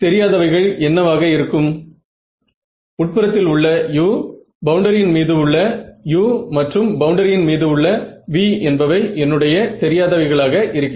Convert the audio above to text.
அது தோராயமாக அலைநீளத்தின் பாதியாக இருக்கும்